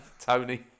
Tony